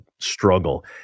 struggle